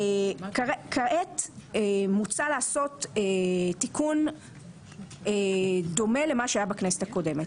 כעת מוצע לעשות תיקון דומה למה שהיה בכנסת הקודמת.